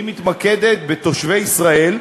היא מתמקדת בתושבי ישראל,